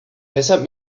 weshalb